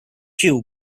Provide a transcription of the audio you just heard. cube